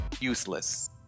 useless